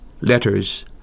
letters